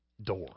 door